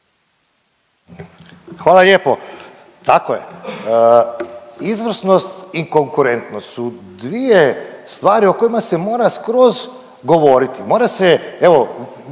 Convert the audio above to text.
Hvala lijepo. Tako je. Izvrsnost i konkurentnost su dvije stvari o kojima se mora skroz govoriti.